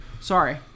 Sorry